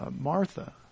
Martha